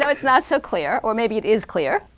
it's not so clear, or maybe it is clear.